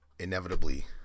Inevitably